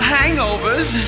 Hangovers